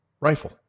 rifle